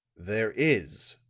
there is,